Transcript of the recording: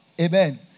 Amen